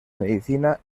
medicina